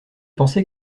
pensé